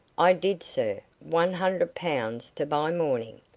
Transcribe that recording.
i did, sir. one hundred pounds to buy mourning.